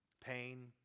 pain